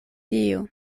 dio